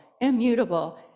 immutable